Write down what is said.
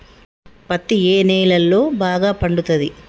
పత్తి ఏ నేలల్లో బాగా పండుతది?